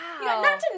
Wow